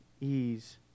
ease